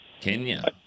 Kenya